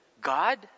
God